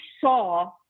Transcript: saw